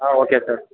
ಹಾಂ okay sir